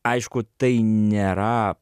aišku tai nėra